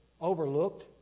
overlooked